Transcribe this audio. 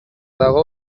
dago